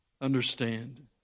understand